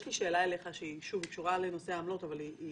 יש לי שאלה אליך שקשורה לנושא העמלות, אבל היא